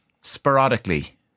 sporadically